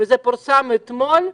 זה פורסם אתמול,